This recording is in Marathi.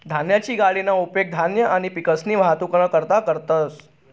धान्यनी गाडीना उपेग धान्य आणि पिकसनी वाहतुकना करता करतंस